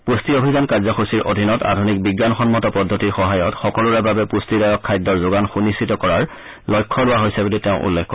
পুষ্টি অভিযান কাৰ্যসূচীৰ অধীনত আধুনিক বিজ্ঞান সন্মত পদ্ধতিৰ সহায়ত সকলোৰে বাবে পুষ্টিদায়ক খাদ্যৰ যোগান সুনিশ্চিত কৰাৰ লক্ষ্য লোৱা হৈছে বুলি তেওঁ উল্লেখ কৰে